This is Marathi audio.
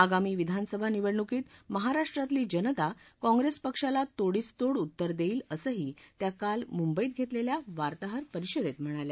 आगामी विधानसभा निवडणुकीत महाराष्ट्रातली जनता काँग्रेसपक्षाला तोडीसतोड उत्तर देईल असंही त्या काल मुंबईत घेतलेल्या वार्ताहर परिषदेत म्हणाल्या